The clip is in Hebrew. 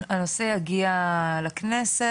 הנושא יגיע לכנסת.